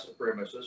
supremacists